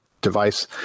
device